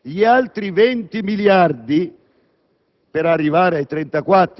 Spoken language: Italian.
Gli altri 20 miliardi